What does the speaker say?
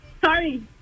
Sorry